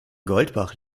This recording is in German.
goldbach